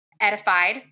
Edified